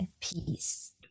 peace